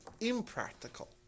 impractical